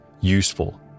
useful